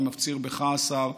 אני מפציר בך, השר.